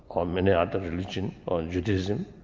or many other religions, or judaism.